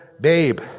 babe